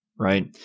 Right